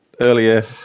earlier